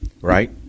right